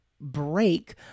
break